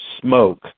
smoke